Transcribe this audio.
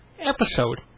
episode